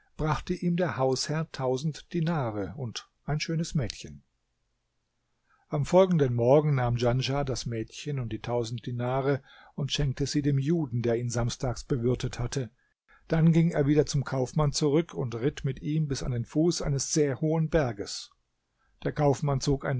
brachte ihm der hausherr tausend dinare und ein schönes mädchen am folgenden morgen nahm djanschah das mädchen und die tausend dinare und schenkte sie dem juden der ihn samstags bewirtet hatte dann ging er wieder zum kaufmann zurück und ritt mit ihm bis an den fuß eines sehr hohen berges der kaufmann zog